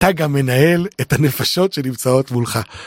אתה גם מנהל את הנפשות שנמצאות מולך.